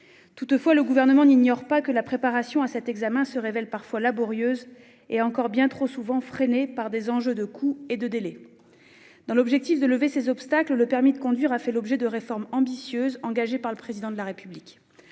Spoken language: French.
Toutefois, le Gouvernement n'ignore pas que la préparation à cet examen se révèle parfois laborieuse et est encore bien trop souvent freinée par des enjeux de coûts et de délais. Afin de lever de tels obstacles, le permis de conduire a fait l'objet de réformes ambitieuses, engagées par le Président de la République.